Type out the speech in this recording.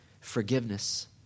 Forgiveness